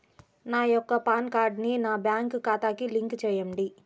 నా యొక్క పాన్ కార్డ్ని నా బ్యాంక్ ఖాతాకి లింక్ చెయ్యండి?